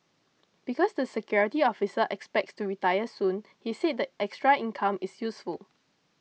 because the security officer expects to retire soon he said the extra income is useful